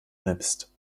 nimmst